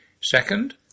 Second